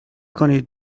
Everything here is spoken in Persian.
کنید